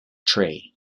tree